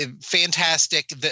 fantastic